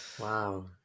Wow